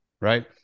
right